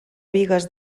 bigues